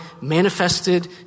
manifested